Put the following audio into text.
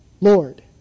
Lord